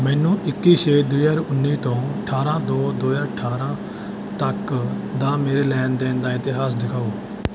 ਮੈਨੂੰ ਇੱਕੀ ਛੇ ਦੋ ਹਜ਼ਾਰ ਉੱਨੀ ਤੋਂ ਅਠਾਰਾਂ ਦੋ ਦੋ ਹਜ਼ਾਰ ਅਠਾਰਾਂ ਤੱਕ ਦਾ ਮੇਰੇ ਲੈਣ ਦੇਣ ਦਾ ਇਤਿਹਾਸ ਦਿਖਾਓ